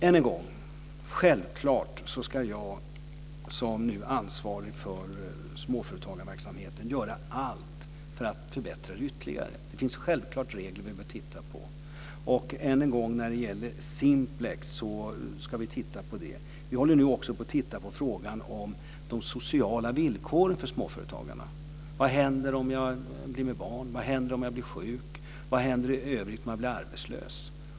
Än en gång säger jag: Självklart ska jag, som nu ansvarig för småföretagarverksamheten, göra allt för att förbättra det här ytterligare. Det finns självklart regler som vi bör titta på, och - än en gång - när det gäller Simplexgruppen ska vi titta på det. Vi håller nu också på att titta på frågan om de sociala villkoren för småföretagarna. Vad händer om man blir med barn, om man blir sjuk och om man blir arbetslös?